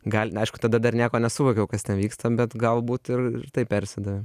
gali aišku tada dar nieko nesuvokiau kas ten vyksta bet galbūt ir ir tai persidavė